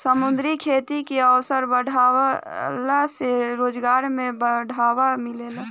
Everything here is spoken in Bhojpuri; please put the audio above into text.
समुंद्री खेती के अवसर बाढ़ला से रोजगार में बढ़ावा मिलेला